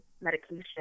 Medication